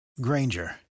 Granger